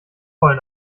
voll